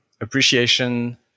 appreciation